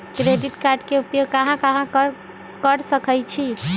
Credit card के उपयोग कहां कहां कर सकईछी?